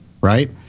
right